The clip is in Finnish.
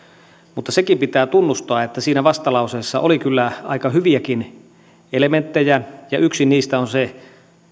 mutta sekin pitää tunnustaa että siinä vastalauseessa oli kyllä aika hyviäkin elementtejä ja yksi niistä on se